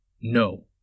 No